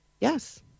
Yes